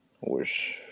wish